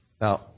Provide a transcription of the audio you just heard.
now